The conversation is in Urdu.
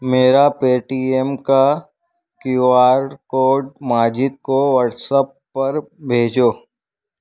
میرا پے ٹی ایم کا کیو آر کوڈ ماجد کو واٹسپ پر بھیجو